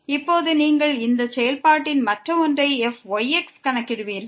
இப்போது நீங்கள் இந்த செயல்பாட்டின் மற்ற ஒன்றை அதாவது fyx கணக்கிடுவீர்கள்